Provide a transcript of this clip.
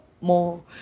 more